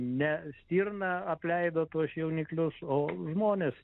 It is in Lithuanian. ne stirna apleido tuos jauniklius o žmonės